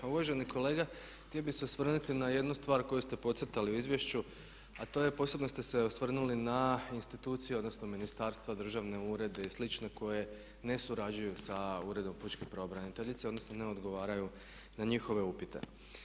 A uvaženi kolega, htio bih se osvrnuti na jednu stvar koju ste podcrtali u izvješću a to je, posebno ste se osvrnuli na institucije odnosno ministarstva, državne urede i slične koje ne surađuju uredom pučke pravobraniteljice odnosno ne odgovaraju na njihove upute.